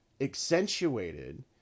accentuated